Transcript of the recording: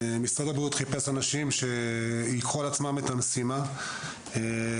משרד הבריאות חיפש אנשים שייקחו על עצמם את המשימה להיות